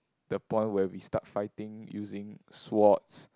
the point where we start fighting using swords